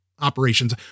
operations